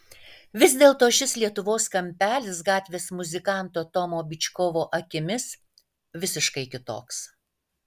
vis dėlto šis lietuvos kampelis gatvės muzikanto tomo byčkovo akimis visiškai kitoks